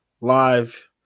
live